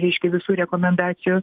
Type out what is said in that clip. reiškia visų rekomendacijų